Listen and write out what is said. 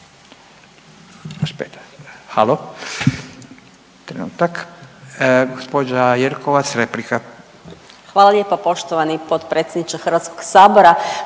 Hvala lijepo potpredsjedniče Hrvatskog sabora.